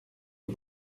aux